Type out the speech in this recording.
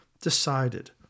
Decided